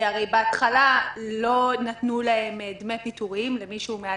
בהתחלה לא נתנו דמי פיטורים למי שהוא מעל